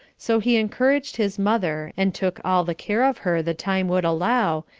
so he encouraged his mother, and took all the care of her the time would allow,